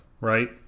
right